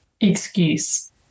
excuse